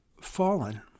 fallen